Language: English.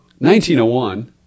1901